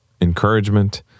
encouragement